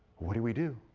what do we do?